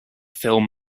film